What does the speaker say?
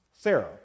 sarah